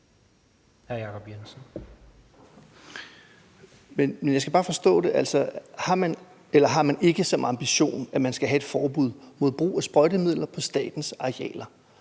har man ikke som ambition, at man skal have et forbud mod brug af sprøjtemidler på statens arealer?